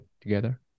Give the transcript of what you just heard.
together